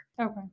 Okay